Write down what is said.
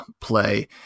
play